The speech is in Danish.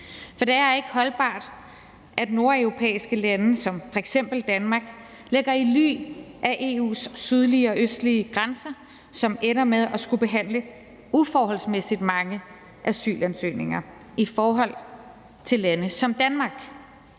For det er ikke holdbart, at nordeuropæiske lande som f.eks. Danmark ligger i ly af EU's sydlige og østlige grænser, som ender med at skulle behandle uforholdsmæssig mange asylansøgninger i forhold til lande som Danmark.